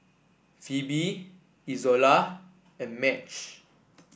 Pheobe Izola and Madge